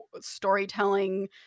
storytelling